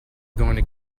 going